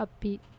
upbeat